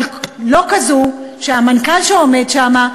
אבל לא כזו שהמנכ"ל שעומד שם,